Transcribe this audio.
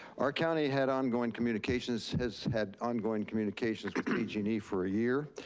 our county had ongoing communications, has had ongoing communications with pg and e for a year,